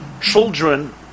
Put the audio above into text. Children